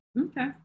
Okay